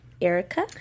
Erica